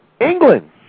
England